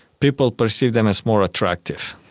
people perceived them as more attractive.